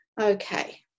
Okay